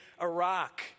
Iraq